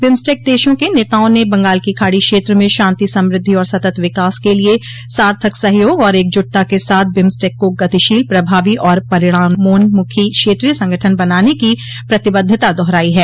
BIMSTEC देशों के नेताओं ने बंगाल की खाड़ी क्षेत्र में शांति समृद्धि और सतत् विकास के लिए सार्थक सहयोग और एकजुटता के साथ बिम्स्टेक को गतिशील प्रभावी और परिणामोन्मुखी क्षेत्रीय संगठन बनाने की प्रतिबद्धता दोहराई है